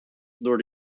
door